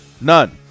None